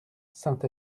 saint